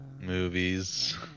Movies